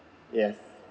ya